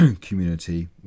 community